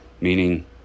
Meaning